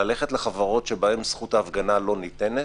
ללכת לחברות שבהן זכות ההפגנה לא ניתנת,